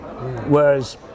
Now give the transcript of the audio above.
Whereas